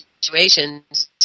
situations